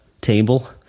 table